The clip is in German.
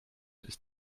ist